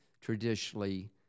traditionally